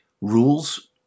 rules